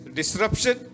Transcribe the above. disruption